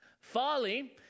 Folly